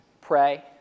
pray